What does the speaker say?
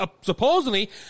Supposedly